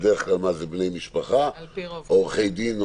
האם זה בני משפחה או עורכי דין?